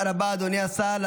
תודה רבה אדוני השר.